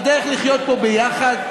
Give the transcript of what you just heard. והדרך לחיות פה ביחד,